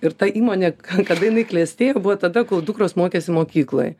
ir ta įmonė kada jinai klestėjo buvo tada kol dukros mokėsi mokykloj